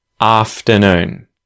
afternoon